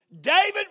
David